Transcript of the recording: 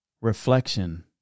reflection